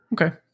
Okay